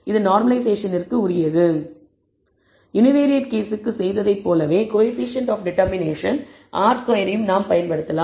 அது நார்மலைசேஷன் இற்கு உரியது யுனிவேரியேட் கேஸுக்கு செய்ததைப் போலவே கோயபிசியன்ட் ஆப் டிடெர்மினேஷன் R2 ரையும் நாம் பயன்படுத்தலாம்